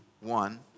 one